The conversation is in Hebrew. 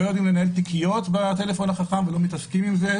יודעים לנהל תיקיות בטלפון החכם ולא מתעסקים עם זה,